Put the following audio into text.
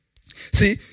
See